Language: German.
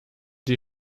die